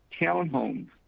townhomes